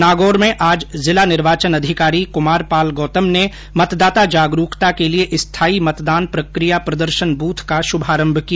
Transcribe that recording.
नागौर में आज जिला निर्वाचन अधिकारी कमार पाल गौतम ने मतदाता जागरूकता के लिये स्थायी मतदान प्रकिया प्रदर्शन बूथ का शुभारंभ किया